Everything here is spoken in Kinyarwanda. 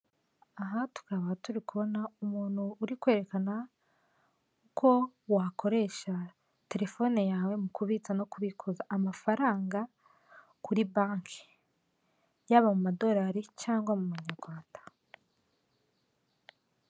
Aha tukaba turi kubona umuntu uri kwerekana uko wakoresha telefone yawe mu kubitsa no kubikuza amafaranga kuri banki, yaba mu madolari cyangwa mu banyarwanda.